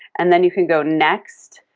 and then you can go next,